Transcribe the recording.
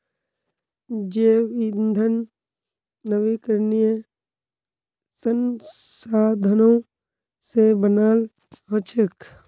जैव ईंधन नवीकरणीय संसाधनों से बनाल हचेक